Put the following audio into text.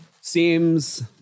seems